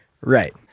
Right